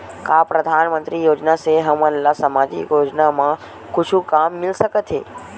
का परधानमंतरी योजना से हमन ला सामजिक योजना मा कुछु काम मिल सकत हे?